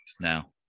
now